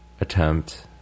attempt